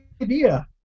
idea